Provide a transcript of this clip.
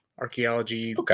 archaeology